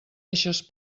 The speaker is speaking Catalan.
eixes